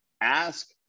ask